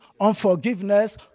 unforgiveness